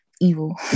evil